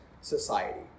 society